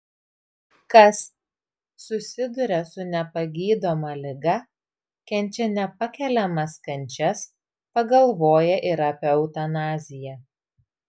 kas susiduria su nepagydoma liga kenčia nepakeliamas kančias pagalvoja ir apie eutanaziją